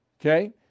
Okay